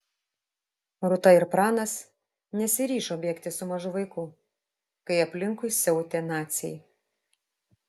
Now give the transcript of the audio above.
rūta ir pranas nesiryžo bėgti su mažu vaiku kai aplinkui siautė naciai